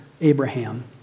Abraham